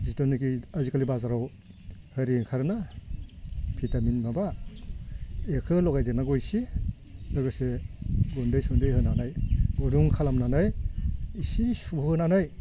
जिथुनाखि आजिखालि बाजाराव ओरै ओंखारोना भिटामिन माबा बेखौ लगायदेरनांगौ एसे लोगोसे गुन्दै सुन्दै होनानै गुदुं खालामनानै एसे सुहोनानै